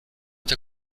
der